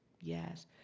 Yes